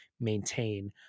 maintain